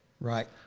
Right